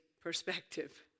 perspective